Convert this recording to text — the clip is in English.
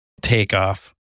takeoff